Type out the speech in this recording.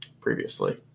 previously